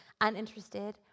uninterested